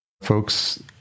folks